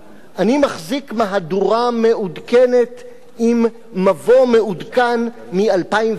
אני מחזיק מהדורה מעודכנת עם מבוא מעודכן מ-2001.